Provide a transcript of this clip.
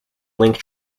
link